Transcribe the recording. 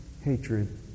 hatred